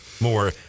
more